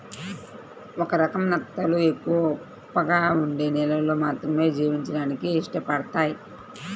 ఒక రకం నత్తలు ఎక్కువ ఉప్పగా ఉండే నీళ్ళల్లో మాత్రమే జీవించడానికి ఇష్టపడతయ్